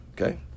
Okay